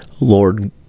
Lord